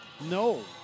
No